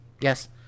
Yes